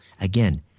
again